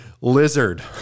lizard